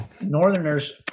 Northerners